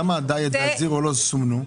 למה הדיאט והזירו לא סומנו?